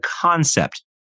concept